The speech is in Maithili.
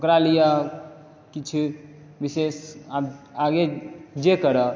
ओकरा लिए किछु विशेष आगे जे करऽ